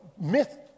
myth